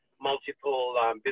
multiple